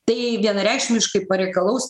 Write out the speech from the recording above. tai vienareikšmiškai pareikalaus